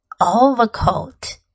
overcoat